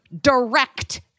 direct